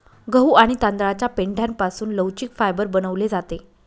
गहू आणि तांदळाच्या पेंढ्यापासून लवचिक फायबर बनवले जाते